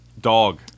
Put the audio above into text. dog